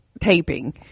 taping